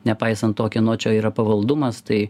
nepaisant tokio nu čia yra pavaldumas tai